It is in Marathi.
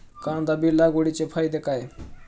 कांदा बी लागवडीचे फायदे काय?